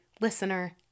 listener